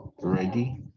ready